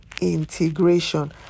integration